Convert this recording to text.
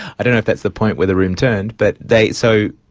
i don't know if that's the point where the room turned, but they. so,